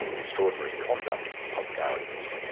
extraordinary conduct of gowing's.